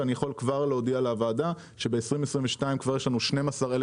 אני יכול כבר להודיע לוועדה שב-2022 יש לנו כבר 12,000